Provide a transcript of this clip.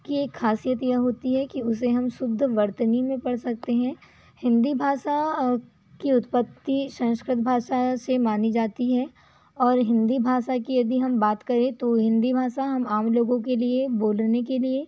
की एक खासियत यह होती है कि उसे हम शुद्ध वर्तनी में पढ़ सकते हैं हिंदी भाषा की उत्पत्ति संस्कृत भाषा से मानी जाती है और हिंदी भाषा की यदि हम बात करें तो हिंदी भाषा हम आम लोगों के लिए बोलने के लिए